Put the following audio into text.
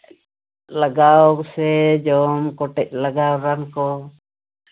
ᱞᱟᱜᱟᱣ ᱥᱮ ᱡᱚᱢ ᱠᱚᱴᱮᱡ ᱞᱟᱜᱟᱣ ᱨᱟᱱ ᱠᱚ